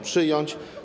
Przyjąć.